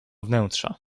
wnętrza